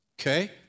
Okay